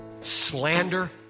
slander